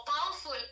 powerful